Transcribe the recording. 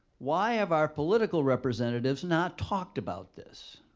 why have our political representatives not talked about this?